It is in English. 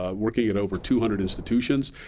ah working at over two hundred institutions.